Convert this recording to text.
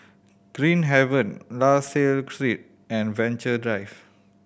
Green Haven La Salle Street and Venture Drive